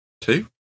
two